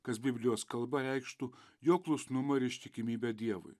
kas biblijos kalba reikštų jo klusnumą ir ištikimybę dievui